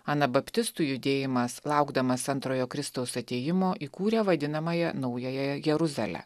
anabaptistų judėjimas laukdamas antrojo kristaus atėjimo įkūrė vadinamąją naująją jeruzalę